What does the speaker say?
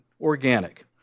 Organic